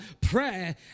prayer